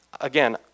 Again